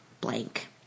blank